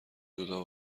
جدا